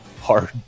hard